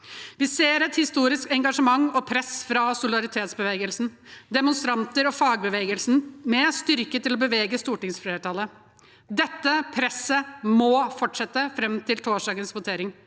Vi ser et historisk engasjement og press fra solidaritetsbevegelsen, demonstranter og fagbevegelsen med styrke til å bevege stortingsflertallet. Det presset må fortsette fram til torsdagens votering,